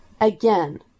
again